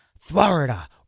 Florida